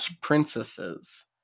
princesses